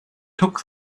took